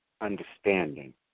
understanding